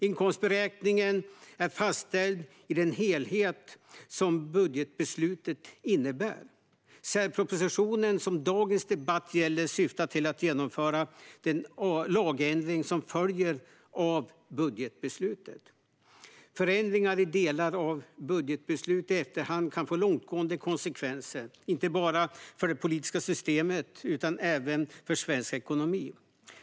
Inkomstberäkningen är fastställd i den helhet som budgetbeslutet innebär. Den särproposition som dagens debatt gäller syftar till att genomföra den lagändring som följer av budgetbeslutet. Förändringar i delar av budgetbeslut i efterhand kan få långtgående konsekvenser, inte bara för det politiska systemet utan även för svensk ekonomi.